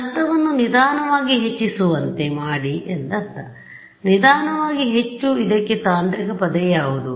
ನಷ್ಟವನ್ನು ನಿಧಾನವಾಗಿ ಹೆಚ್ಚಿಸುವಂತೆ ಮಾಡಿ ಎಂದರ್ಥ ನಿಧಾನವಾಗಿ ಹೆಚ್ಚು ಇದಕ್ಕೆ ತಾಂತ್ರಿಕ ಪದ ಯಾವುದು